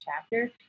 chapter